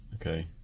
Okay